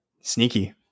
sneaky